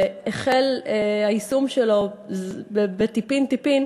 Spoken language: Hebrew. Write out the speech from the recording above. שהיישום שלו החל טיפין-טיפין,